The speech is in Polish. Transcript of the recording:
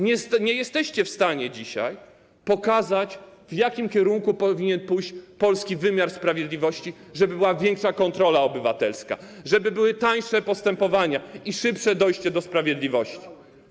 Nie jesteście w stanie dzisiaj pokazać, w jakim kierunku powinien pójść polski wymiar sprawiedliwości, żeby była większa kontrola obywatelska, żeby były tańsze postępowania i szybsze dojście do sprawiedliwości.